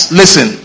listen